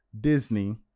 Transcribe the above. Disney